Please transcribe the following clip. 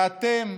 ואתם,